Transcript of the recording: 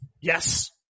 yes